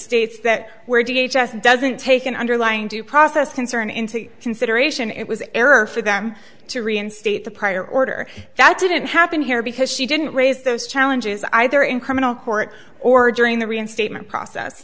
states that where d h asked doesn't take an underlying due process concern into consideration it was error for them to reinstate the prior order that didn't happen here because she didn't raise those challenges either in criminal court or during the reinstatement process